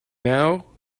now